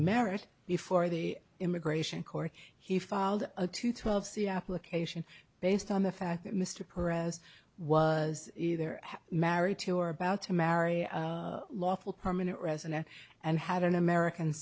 merit before the immigration court he filed a two twelve c application based on the fact that mr pereira's was either married to or about to marry a lawful permanent resident and had an american